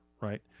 right